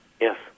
Yes